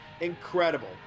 incredible